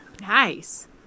Nice